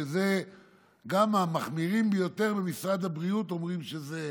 שגם המחמירים ביותר במשרד הבריאות אומרים שזה,